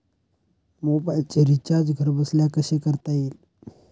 मोबाइलचे रिचार्ज घरबसल्या कसे करता येईल?